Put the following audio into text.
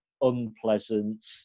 unpleasant